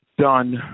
done